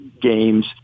games